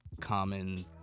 common